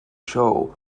show